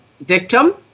victim